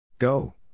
Go